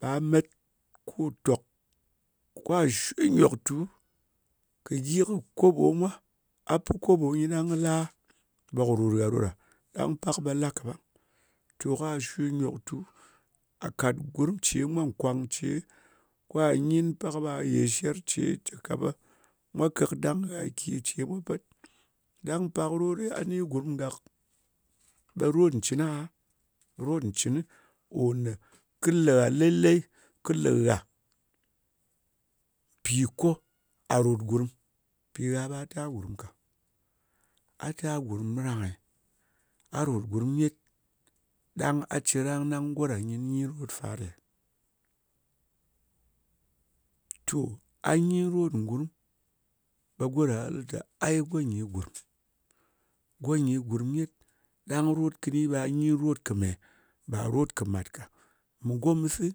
Ɓa met kù tòk, kwa shwe nyòktu kɨ gyi kɨ koɓo mwa. A pi koɓo ko kɨ la, ɓe kɨ ròt gha ɗo ɗa. Ɗang pak ɓe la ka ɓang. To kwa shwe nyòktu. A kàt gurm mwa nkwang ce, kwa nyin, pak ɓa yè sher ce, ka ɓe mwa kɨk dang gha ki ce mwa pet. Ɗang rot ɗɨ a ni gurm gak, ɓe rot ncɨn aha. Rot ncɨn kò ne kɨ lē gha lele. Kɨ le gha mpì ko ghà ròt gurm. Gha ɓa ta gurm ka. A ta gurm range? A ròt gurm nyet, ɗang a cirang ɗang go ɗa nyɨ ni rot fa ɗe? To a nyin rot ngurm, ɓe go ɗa kɨ lɨ tè, aiy go nyi, gùrm. Go nyi gurm nyet, ɗang rot kɨni ɓa nyin rot kɨ me? Ba rot kɨ mat ka. Mɨ gomɨsɨ,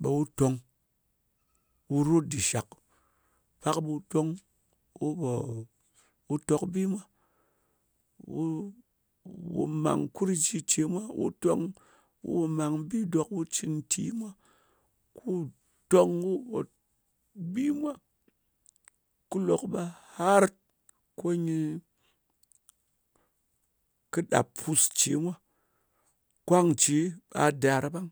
ɓe wu tong kɨ rot dɨ shak. Pak mu tong, ɓu pò, wu tok bi mwa, wu mang kurnzhi ce mwa. Wu tong ku mang bi dòk wu cɨn nti mwa. Ku tong ku, ɓot, bi mwa. Kɨ lok ɓe hart ko nyɨ, kɨ ɗap pus ce mwa. Kwang ce ɓa ɗar ɓang.